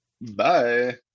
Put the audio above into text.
bye